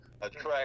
attract